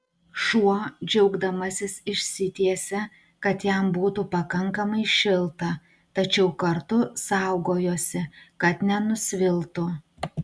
šuo džiaugdamasis išsitiesė kad jam būtų pakankamai šilta tačiau kartu saugojosi kad nenusviltų